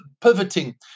pivoting